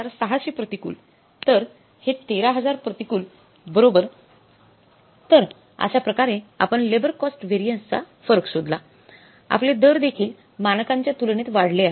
तर हे 13000 प्रतिकूल बरोबर 13000 प्रतिकूल तर अश्याप्रकारे आपण लेबर कॉस्ट वारीइन्स चा फरक शोधला आपले दर देखील मानकांच्या तुलनेत वाढले आहेत